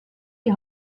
die